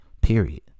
Period